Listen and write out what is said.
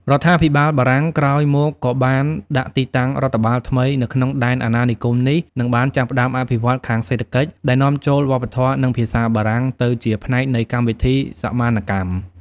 រដ្ឋាភិបាលបារាំងក្រោយមកក៏បានដាក់ទីតាំងរដ្ឋបាលថ្មីនៅក្នុងដែនអាណានិគមនេះ និងបានចាប់ផ្ដើមអភិវឌ្ឍខាងសេដ្ឋកិច្ចដែលនាំចូលវប្បធម៌និងភាសាបារាំងទៅជាផ្នែកនៃកម្មវិធីសមានកម្ម។